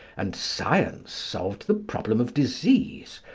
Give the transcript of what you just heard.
and science solved the problem of disease,